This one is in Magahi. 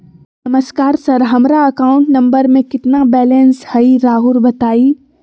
नमस्कार सर हमरा अकाउंट नंबर में कितना बैलेंस हेई राहुर बताई?